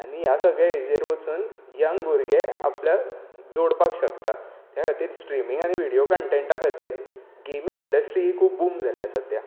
आनी ह्या सगळ्या हेचेर वचून यंग भुरगे आपल्याक जोडपाक शकतात त्या खातीर स्ट्रिमिंग आनी विडीयो कंटेंटा खातीर गेमींग इंडस्ट्री ही खूब बूम जाल्या सद्या